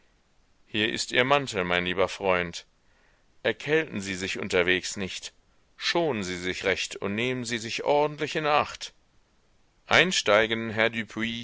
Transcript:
hier ist ihr mantel mein lieber freund erkälten sie sich unterwegs nicht schonen sie sich recht und nehmen sie sich ordentlich in acht einsteigen herr